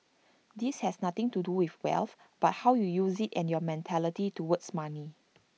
this has nothing to do with wealth but how you use IT and your mentality towards money